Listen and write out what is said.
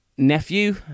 nephew